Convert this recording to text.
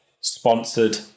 sponsored